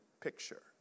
picture